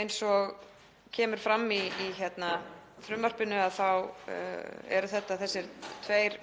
Eins og kemur fram í frumvarpinu þá eru þetta þessir tveir